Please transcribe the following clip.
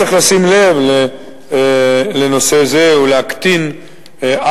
צריך לשים לב לנושא זה ולהקטין עוול,